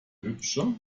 hübsche